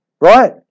right